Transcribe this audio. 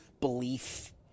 belief